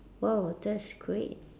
!wow! that's great